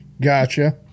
Gotcha